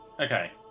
Okay